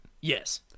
Yes